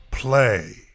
Play